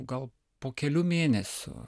gal po kelių mėnesių